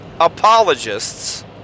Apologists